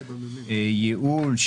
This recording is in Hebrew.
ייעול,